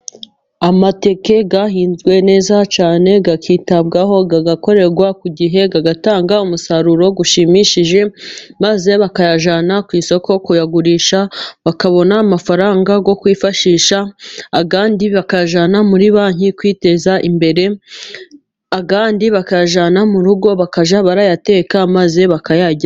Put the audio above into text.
Amateke yahinzwe neza cyane, cyane akitabwaho agakorerwa, ku gihe atanga umusaruro ushimishije maze bakayajyana ku isoko kuyagurisha, bakabona amafaranga yo kwifashisha, andi bakayajyana muri banki, kwiteza imbere andi bakayajyana mu rugo bakajya barayateka maze bakayarya.